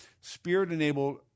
Spirit-enabled